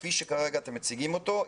כפי שכרגע אתם מציגים אותו,